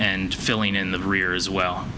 and filling in the rear as well